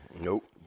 Nope